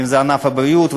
אם זה ענף הבריאות,